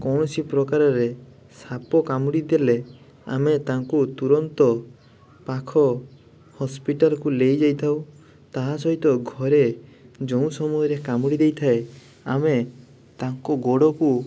କୌଣସି ପ୍ରକାରରେ ସାପ କାମୁଡ଼ି ଦେଲେ ଆମେ ତାଙ୍କୁ ତୁରନ୍ତ ପାଖ ହସ୍ପିଟାଲ୍କୁ ନେଇଯାଇଥାଉ ତାହା ସହିତ ଘରେ ଯେଉଁ ସମୟରେ କାମୁଡ଼ି ଦେଇଥାଏ ଆମେ ତାଙ୍କୁ ଗୋଡ଼କୁ